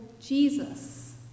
Jesus